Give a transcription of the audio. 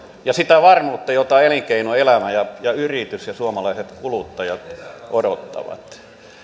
ja sitä varmuutta jota elinkeinoelämä ja yritys ja suomalaiset kuluttajat odottavat